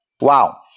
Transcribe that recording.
Wow